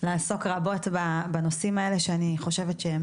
לעסוק רבות בנושאים האלה שאני חושבת שהם